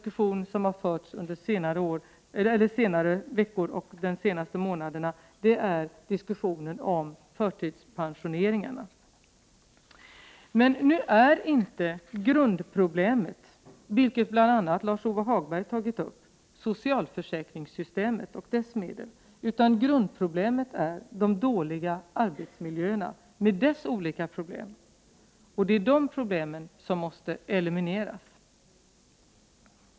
Under de senaste veckorna och månaderna har också förts en diskussion om förtidspensioneringar. Nu är inte grundproblemet, vilket bl.a. Lars-Ove Hagberg tog upp, socialförsäkringssystemet och dess medel, utan grundproblemet är de dåliga arbetsmiljöerna och de olika problem som hänger samman därmed. Det är dessa som måste elimineras.